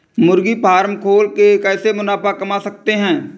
मुर्गी फार्म खोल के कैसे मुनाफा कमा सकते हैं?